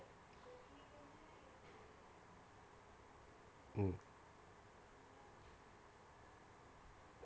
mm